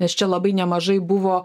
nes čia labai nemažai buvo